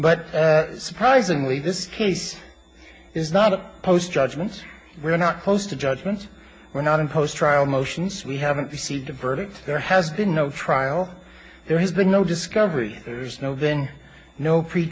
but surprisingly this case is not a post judgment we're not close to judgment we're not in post trial motions we haven't received a verdict there has been no trial there has been no discovery there's no been no